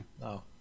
No